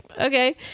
okay